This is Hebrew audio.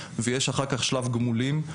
יש אחר כך שלב גמולים,